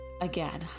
Again